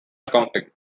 accounting